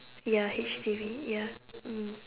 ya H_D_B ya mm